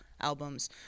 albums